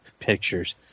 pictures